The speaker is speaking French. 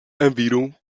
environ